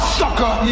sucker